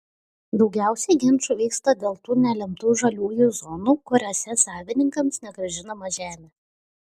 daugiausiai ginčų vyksta dėl tų nelemtų žaliųjų zonų kuriose savininkams negrąžinama žemė